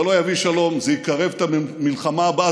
זה לא יביא שלום, זה יקרב את המלחמה הבאה.